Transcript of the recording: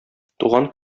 туган